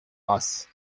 grasse